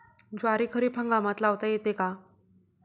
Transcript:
ज्वारी खरीप हंगामात लावता येते का?